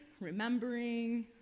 remembering